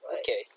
Okay